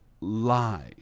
lie